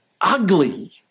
ugly